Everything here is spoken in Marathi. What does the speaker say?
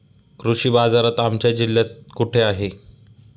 कृषी बाजार आमच्या जिल्ह्यात कुठे आहे?